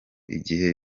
igihe